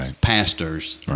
pastors